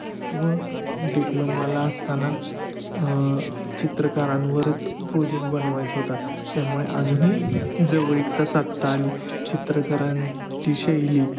व डिप्लोमाला असताना चित्रकारांवरच प्रोजेक्ट बनवायचा होता त्यामुळे अजूनही जवळीकता साधता आली चित्रकारांची शैली